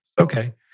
Okay